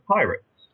Pirates